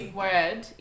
word